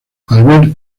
albert